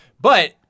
But-